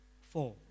Four